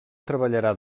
treballarà